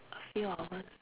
a few hours